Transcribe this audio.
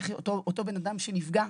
אלא אותו בן אדם שנפגע,